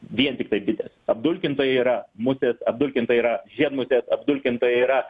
vien tiktai bitės apdulkintojai yra musės apdukintojai yra žiedmusės apdulkintojai yra